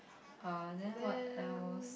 err then what else